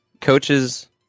coaches